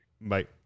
Bye